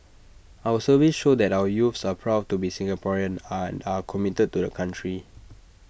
our surveys show that our youths are proud to be Singaporean and are committed to the country